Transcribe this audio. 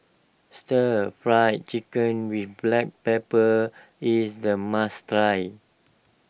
Stir Fry Chicken with Black Pepper is a must try